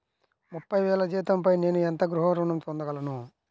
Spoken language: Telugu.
ముప్పై వేల జీతంపై నేను ఎంత గృహ ఋణం పొందగలను?